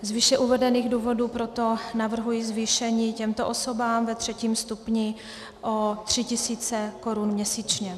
Z výše uvedených důvodů proto navrhuji zvýšení těmto osobám ve třetím stupni o 3 000 korun měsíčně.